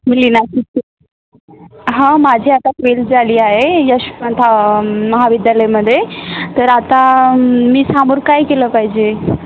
मी लीना हा माझी आता ट्वेल झाली आहे यशवंत महाविद्यालयामध्ये तर आता मी समोर काय केलं पाहिजे